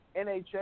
NHL